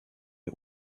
did